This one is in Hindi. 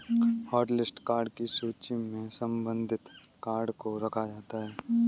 हॉटलिस्ट कार्ड की सूची में प्रतिबंधित कार्ड को रखा जाता है